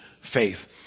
faith